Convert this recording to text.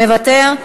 מוותר?